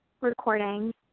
recording